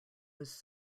was